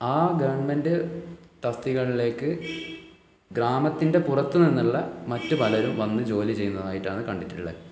ആ ഗവണ്മെൻറ്റ് തസ്തികകളിലേക്ക് ഗ്രാമത്തിൻ്റെ പുറത്ത് നിന്നുള്ള മറ്റ് പലരും വന്ന് ജോലി ചെയ്യുന്നതായിട്ടാണ് കണ്ടിട്ടുള്ളത്